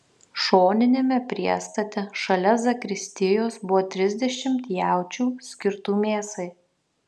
šoniniame priestate šalia zakristijos buvo trisdešimt jaučių skirtų mėsai